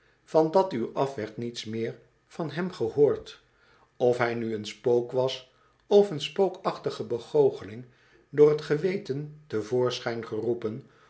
van dat uur af werd niets meer van hem gehoord of hij nu een spook was of een spookachtige begoocheling door t geweten te voorschijn geroepen